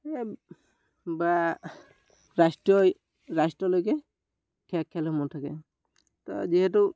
বা ৰাষ্ট্ৰীয় ৰাষ্ট্ৰীয়লৈকে খেলসমূহ থাকে তো যিহেতু